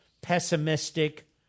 pessimistic